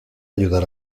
ayudar